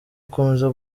gukomeza